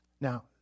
Now